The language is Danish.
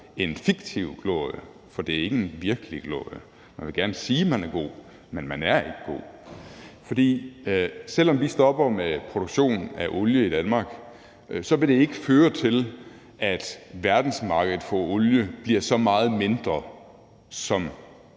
en fiktiv glorie, for det er ikke en virkelig glorie. Man vil gerne sige, at man er god, men man er ikke god. Selv om vi stopper med produktion af olie i Danmark, vil det ikke føre til, at verdensmarkedet for olie bliver lige så meget mindre som